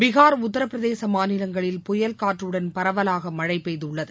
பீகார் உத்தரபிரதேச மாநிலங்களில் புயல்காற்றுடன் பரவலாக மனழ பெய்துள்ளது